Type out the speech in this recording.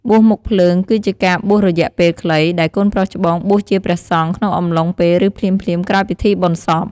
បួសមុខភ្លើង គឺជាការបួសរយៈពេលខ្លី ដែលកូនប្រុសច្បងបួសជាព្រះសង្ឃ ក្នុងអំឡុងពេល ឬភ្លាមៗក្រោយពិធីបុណ្យសព។